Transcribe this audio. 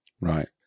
Right